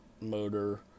motor